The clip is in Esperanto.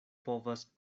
povas